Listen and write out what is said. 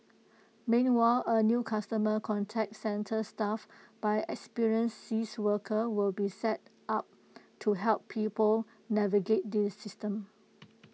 meanwhile A new customer contact centre staffed by experienced caseworkers will be set up to help people navigate the system